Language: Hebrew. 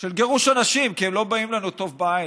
של גירוש אנשים כי הם לא באים לנו טוב בעין,